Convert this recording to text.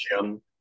Jim